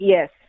Yes